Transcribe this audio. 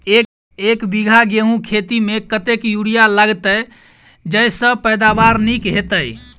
एक बीघा गेंहूँ खेती मे कतेक यूरिया लागतै जयसँ पैदावार नीक हेतइ?